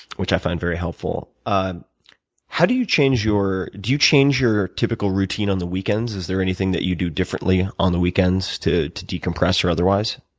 which i find very helpful. how do you change your do you change your typical routine on the weekends? is there anything that you do differently on the weekends to to decompress, or otherwise?